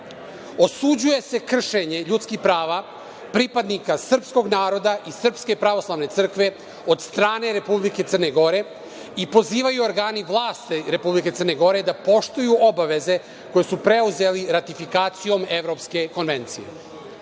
osuđuje se kršenje ljudskih prava pripadnika srpskog naroda i SPC od strane Republike Crne Gore i pozivaju organi vlasti Republike Crne Gore da poštuju obaveze koje su preuzeli ratifikacijom Evropske konvencije. Pozivaju